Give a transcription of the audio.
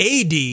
AD